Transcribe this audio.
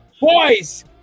Boys